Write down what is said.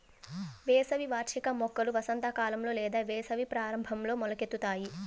వేసవి వార్షిక మొక్కలు వసంతకాలంలో లేదా వేసవి ప్రారంభంలో మొలకెత్తుతాయి